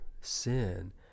sin